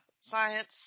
science